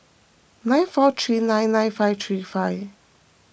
nine four three nine nine five three five